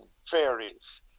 fairies